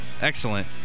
Excellent